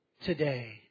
today